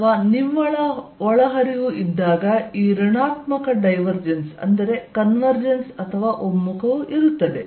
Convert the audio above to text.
ಅಥವಾ ನಿವ್ವಳ ಒಳಹರಿವು ಇದ್ದಾಗ ಈ ಋಣಾತ್ಮಕ ಡೈವರ್ಜೆನ್ಸ್ ಅಂದರೆ ಕನ್ವೆರ್ಜೆನ್ಸ್ ಅಥವಾ ಒಮ್ಮುಖವು ಇರುತ್ತದೆ